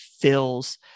fills